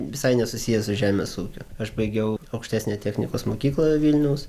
visai nesusijęs su žemės ūkiu aš baigiau aukštesniąją technikos mokyklą vilniaus